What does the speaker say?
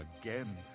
again